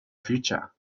future